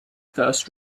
first